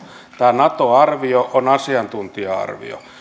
tämä nato arvio on asiantuntija arvio